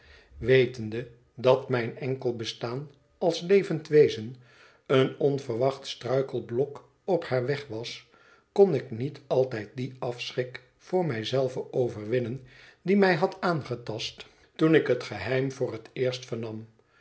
wetende dat mijn enkel bestaan als levend wezen een onverwacht struikelblok op haar weg was kon ik niet altijd dien afschrik voor mij zelve overwinnen die mij had aangetast toen ik het geheim voor het eerst vernam